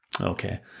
Okay